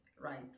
right